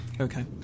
Okay